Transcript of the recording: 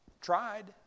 Tried